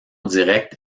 directe